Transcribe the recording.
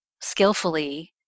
skillfully